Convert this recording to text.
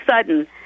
sudden